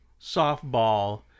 softball